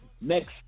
next